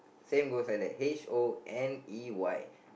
same goes like that H O N E Y